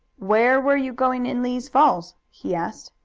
where were you going in lee's falls? he asked.